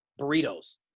burritos